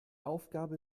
aufgabe